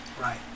Right